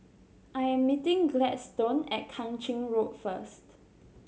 I am meeting Gladstone at Kang Ching Road first